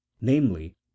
namely